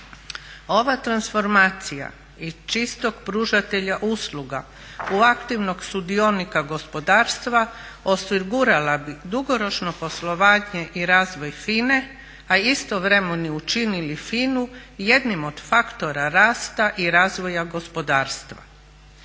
Ova transformacija i čistog pružatelja usluga u aktivnog sudionika gospodarstva osigurala bi dugoročno poslovanje i razvoj FINA-e a istovremeno učinili FINA-u jednim od faktora rasta i razvoja gospodarstva.